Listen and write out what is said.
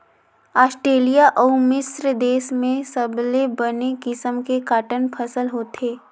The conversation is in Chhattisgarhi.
आस्टेलिया अउ मिस्र देस में सबले बने किसम के कॉटन फसल होथे